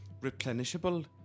replenishable